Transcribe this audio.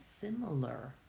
similar